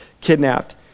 kidnapped